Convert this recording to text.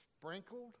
sprinkled